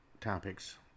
topics